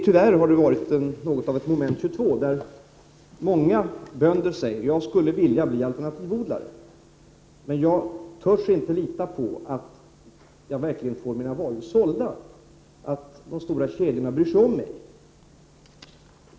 Tyvärr har denna fråga inneburit något av ett moment 22. Många bönder säger: Jag skulle vilja bli alternativodlare, men jag törs inte lita på att jag verkligen får mina varor sålda, att de stora kedjorna bryr sig om mig.